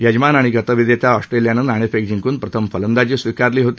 यजमान आणि गतविजेत्या ऑस्ट्रेलियानं नाणेफेक जिंकून प्रथम फलंदाजी स्वीकारली होती